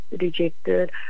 rejected